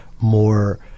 more